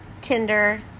Tinder